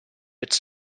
its